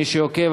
מי שעוקב,